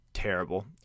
terrible